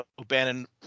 o'bannon